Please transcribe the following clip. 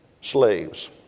slaves